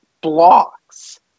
blocks